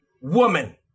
woman